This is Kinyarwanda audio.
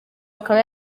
akaba